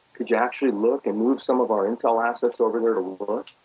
could you actually look and move some of our intel assets over there to look?